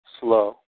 slow